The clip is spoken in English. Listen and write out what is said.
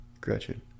Gretchen